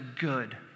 good